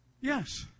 Yes